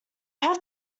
have